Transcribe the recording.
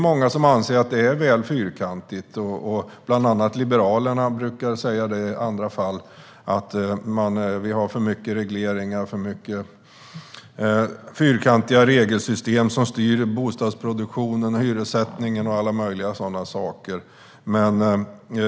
Många anser att det är fyrkantigt. Bland andra Liberalerna brukar säga att vi har för mycket regleringar och fyrkantiga regelsystem som styr bostadsproduktion, hyressättning och allt möjligt.